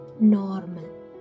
normal